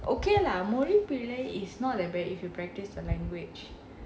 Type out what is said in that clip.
okay lah மொழிப்பிழை:mozhippizhai is not that bad if you practice the language